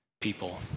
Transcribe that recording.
people